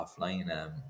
offline